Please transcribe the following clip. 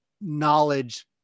knowledge